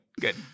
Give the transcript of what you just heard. Good